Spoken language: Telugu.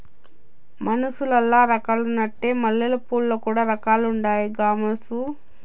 మనుసులల్ల రకాలున్నట్లే మల్లెపూలల్ల కూడా రకాలుండాయి గామోసు